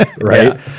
right